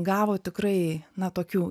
gavo tikrai na tokių